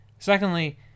Secondly